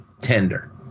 tender